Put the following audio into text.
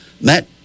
Matt